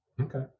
okay